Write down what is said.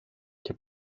και